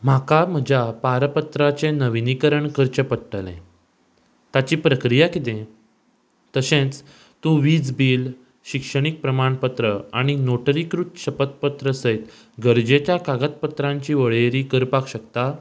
म्हाका म्हज्या पारपत्राचें नविनीकरण करचें पडटलें ताची प्रक्रिया कितें तशेंच तूं वीज बील शिक्षणीक प्रमाणपत्र आनी नोटरीकृत शपतपत्र सयत गरजेच्या कागदपत्रांची वळेरी करपाक शकता